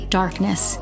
darkness